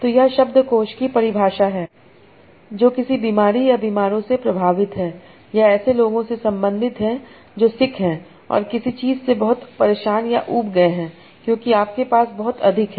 तो यह शब्दकोष की परिभाषा है जो किसी बीमारी या बीमारों से प्रभावित है या ऐसे लोगों से संबंधित है जो सिक हैं और किसी चीज से बहुत परेशान या ऊब गए हैं क्योंकि आपके पास बहुत अधिक है